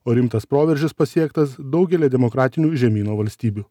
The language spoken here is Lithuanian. o rimtas proveržis pasiektas daugelyje demokratinių žemyno valstybių